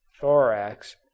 thorax